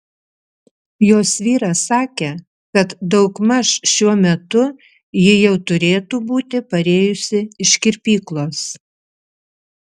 jos vyras sakė kad daugmaž šiuo metu ji jau turėtų būti parėjusi iš kirpyklos